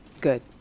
Good